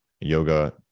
yoga